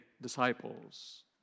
disciples